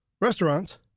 restaurants